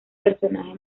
personaje